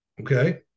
Okay